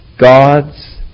God's